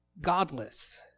godless